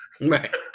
Right